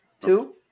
Two